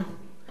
למה?